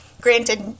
Granted